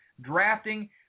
drafting